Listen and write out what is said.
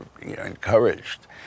encouraged